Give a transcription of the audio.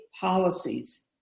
policies